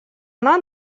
она